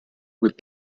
with